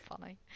Funny